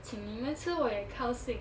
请妳们吃我也高兴